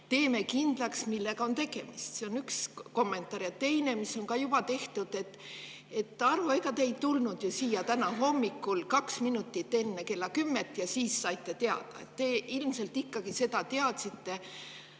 Teeme kindlaks, millega on tegemist. See on üks kommentaar. Ja teine, mis on ka juba tehtud: Arvo, ega te ei tulnud ju siia täna hommikul kaks minutit enne kella kümmet ja siis saite sellest teada. Te ilmselt ikkagi teadsite